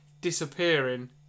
disappearing